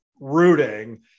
rooting